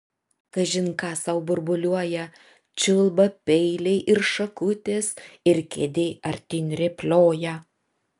kažin ką sau burbuliuoja čiulba peiliai ir šakutės ir kėdė artyn rėplioja